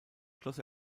schloss